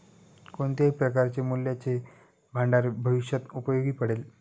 कोणत्याही प्रकारचे मूल्याचे भांडार भविष्यात उपयोगी पडेल